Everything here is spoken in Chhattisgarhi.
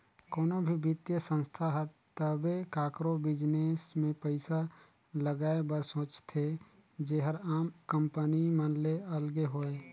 कोनो भी बित्तीय संस्था हर तबे काकरो बिजनेस में पइसा लगाए बर सोंचथे जेहर आम कंपनी मन ले अलगे होए